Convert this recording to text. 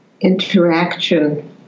interaction